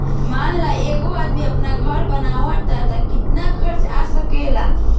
मान ल एगो आदमी आपन घर बनाइ त केतना खर्च आ सकेला